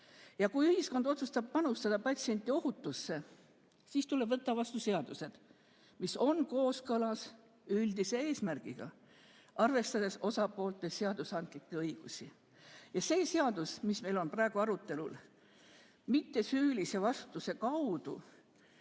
Ja kui ühiskond otsustab panustada patsiendiohutusse, siis tuleb võtta vastu seadused, mis on kooskõlas üldise eesmärgiga, arvestades osapoolte seaduslikke õigusi. See seadus, mis meil on praegu arutelul, mittesüülise vastutuse kaudu